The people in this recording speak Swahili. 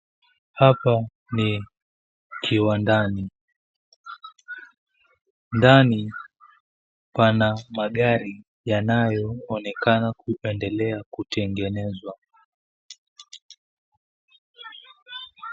Hapa ni kiwandani, ndani pana magari yanayoonekana kupendelea kutengenezwa.